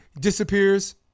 Disappears